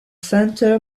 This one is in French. centre